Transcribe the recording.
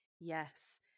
yes